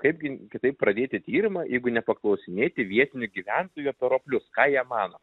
kaipgi kitaip pradėti tyrimą jeigu ne paklausinėti vietinių gyventojų apie roplius ką jie mano